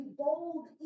bold